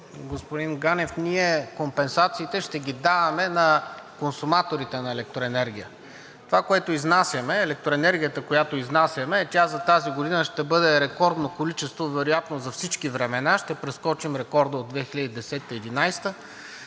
господин Ганев, ние компенсациите ще ги даваме на консуматорите на електроенергия. Това, което изнасяме, електроенергията, която изнасяме, тя за тази година ще бъде рекордно количество вероятно за всички времена. Ще прескочим рекорда от 2010 – 2011